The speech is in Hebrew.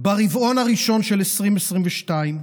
ברבעון הראשון של 2022,